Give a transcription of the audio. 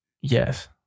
Yes